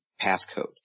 passcode